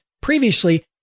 Previously